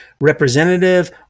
representative